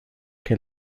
que